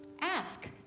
ask